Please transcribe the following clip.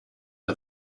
are